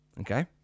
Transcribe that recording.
Okay